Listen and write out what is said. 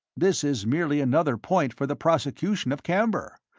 this is merely another point for the prosecution of camber.